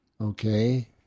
okay